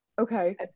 Okay